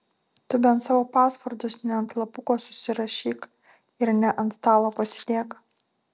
tu bent savo pasvordus ne ant lapuko susirašyk ir ne ant stalo pasidėk